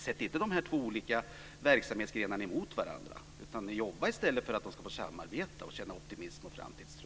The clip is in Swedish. Sätt inte de här två olika verksamhetsgrenarna emot varandra, utan jobba i stället för att de ska få samarbeta och känna optimism och framtidstro.